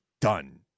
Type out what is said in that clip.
done